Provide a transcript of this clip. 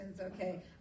okay